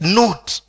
note